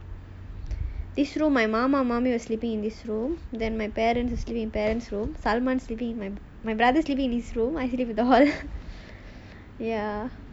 this room my mama mummy were sleeping in this room then my parents sleeping in my parents room sleeping in my my brother sleeping in this room I sleeping in the hall ya